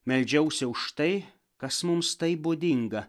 meldžiausi už tai kas mums tai būdinga